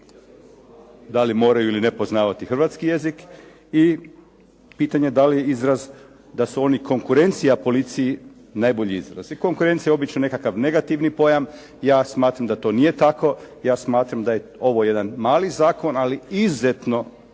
da li moraju ili ne poznavati hrvatski jezik i pitanje da li izraz da su oni konkurencija policiji najbolji izraz. Jer konkurencija je obično nekakav negativni pojam. Ja smatram da to nije tako. Ja smatram da je ovo jedan mali zakon ali izuzetno